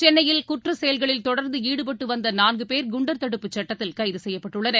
சென்னையில் குற்றசெயல்களில் தொடர்ந்துஈடுபட்டுவந்தநான்குபேர் குன்டர் தடுப்புச் சட்டத்தில் கைதுசெய்யப்பட்டுள்ளனர்